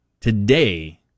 today